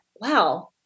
wow